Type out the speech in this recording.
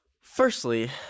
Firstly